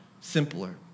simpler